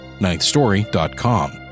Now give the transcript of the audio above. Ninthstory.com